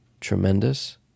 tremendous